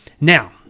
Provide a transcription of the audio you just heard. Now